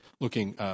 looking